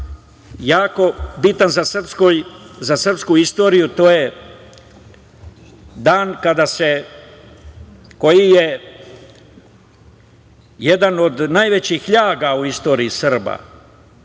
jako bitan za srpsku istoriju, a to je dan kada je… jedan od najvećih ljaga u istoriji Srba.